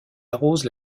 arrose